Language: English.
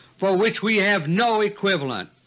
for which we have no equivalent.